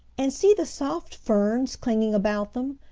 and see the soft ferns clinging about them.